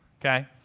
okay